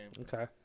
Okay